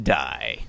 die